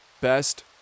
best